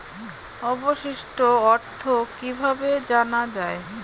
অবশিষ্ট অর্থ কিভাবে জানা হয়?